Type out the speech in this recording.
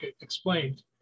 explained